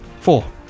four